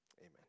Amen